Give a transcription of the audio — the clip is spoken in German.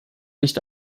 nicht